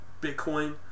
Bitcoin